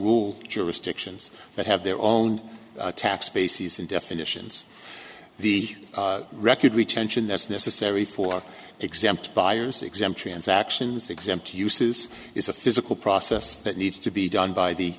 rule jurisdictions that have their own tax bases and definitions the record retention that's necessary for exempt buyers exempt transactions exempt uses is a physical process that needs to be done by the